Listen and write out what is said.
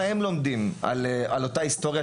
מה הם לומדים על אותה היסטוריה,